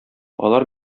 алар